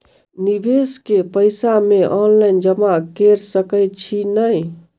निवेश केँ पैसा मे ऑनलाइन जमा कैर सकै छी नै?